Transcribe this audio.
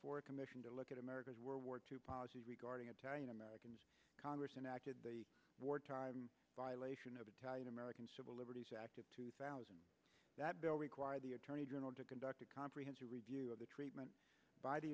a commission to look at america's world war two policy regarding italian americans congress enacted the war time violation of italian american civil liberties act of two thousand that bill required the attorney general to conduct a comprehensive review of the treatment by the